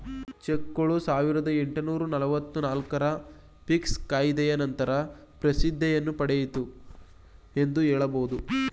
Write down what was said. ಚೆಕ್ಗಳು ಸಾವಿರದ ಎಂಟುನೂರು ನಲವತ್ತು ನಾಲ್ಕು ರ ಪೀಲ್ಸ್ ಕಾಯಿದೆಯ ನಂತರ ಪ್ರಸಿದ್ಧಿಯನ್ನು ಪಡೆಯಿತು ಎಂದು ಹೇಳಬಹುದು